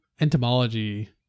entomology